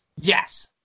Yes